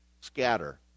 scatter